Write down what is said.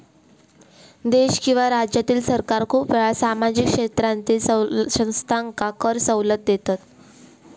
देश किंवा राज्यातील सरकार खूप वेळा सामाजिक क्षेत्रातील संस्थांका कर सवलत देतत